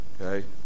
Okay